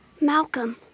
Malcolm